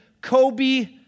Kobe